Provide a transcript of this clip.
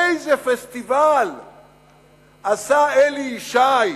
איזה פסטיבל עשה אלי ישי,